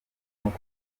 n’uko